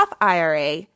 IRA